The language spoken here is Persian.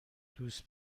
دوست